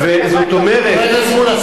חבר הכנסת מולה,